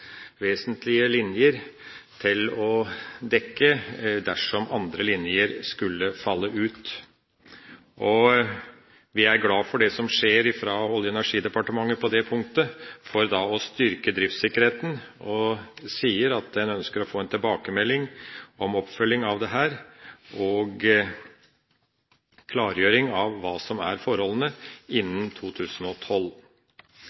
til å dekke opp dersom linjer skulle falle ut. Vi er glad for det som skjer i Olje- og energidepartementet på det punktet for å styrke driftssikkerheten, og vi sier at vi ønsker å få en tilbakemelding om oppfølgingen av dette og en klargjøring av forholdene innen 2012. Som flere har vært inne på – innenfor Samferdselsdepartementets område – er